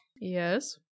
yes